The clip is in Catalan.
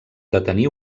detenir